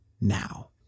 now